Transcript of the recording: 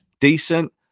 decent